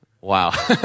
Wow